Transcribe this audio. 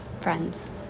friends